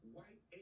White